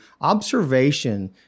observation